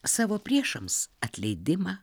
savo priešams atleidimą